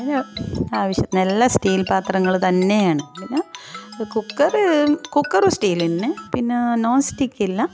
പിന്നെ ആവിശ്യത്തിനെല്ലാം സ്റ്റീൽ പാത്രങ്ങൾ തന്നെയാണ് പിന്നെ കുക്കർ കുക്കറും സ്റ്റീൽ തന്നെ പിന്നെ നോൺ സ്റ്റിക്കില്ല